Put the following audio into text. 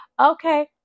Okay